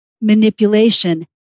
manipulation